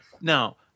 Now